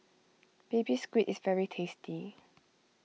Baby Squid is very tasty